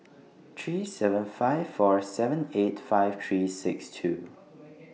three seven five four seven eight five three six two